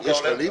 עת.